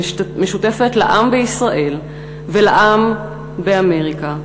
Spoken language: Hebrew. המשותפת לעם בישראל ולעם באמריקה,